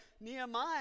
Nehemiah